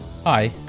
Hi